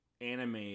anime